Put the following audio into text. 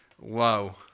Wow